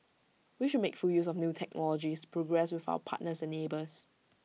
we should make full use of new technologies progress with our partners and neighbours